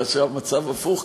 אלא שהמצב הפוך,